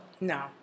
No